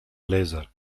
laser